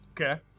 Okay